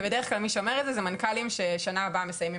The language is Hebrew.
ובדרך כלל מי שאומר את זה אלו מנכ"לים ששנה הבאה מסיימים